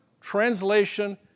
translation